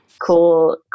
cool